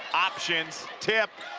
options, tip.